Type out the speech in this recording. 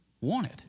wanted